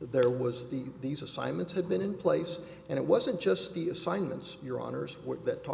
there was the these assignments had been in place and it wasn't just the assignments your honour's what t